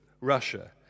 Russia